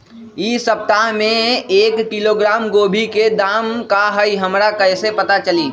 इ सप्ताह में एक किलोग्राम गोभी के दाम का हई हमरा कईसे पता चली?